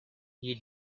you